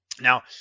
Now